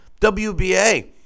WBA